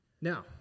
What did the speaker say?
Now